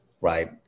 right